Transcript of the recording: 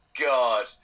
God